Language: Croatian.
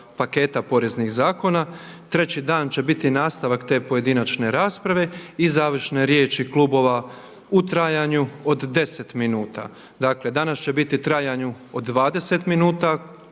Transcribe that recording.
paketa poreznih zakona. Treći dan će biti nastavak te pojedinačne rasprave i završne riječi klubova u trajanju od 10 minuta. Dakle, danas će biti u trajanju od 20 minuta